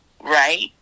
right